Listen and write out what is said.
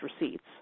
receipts